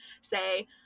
say